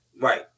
Right